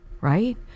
right